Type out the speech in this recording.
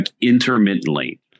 intermittently